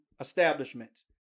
establishments